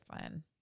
fun